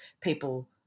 people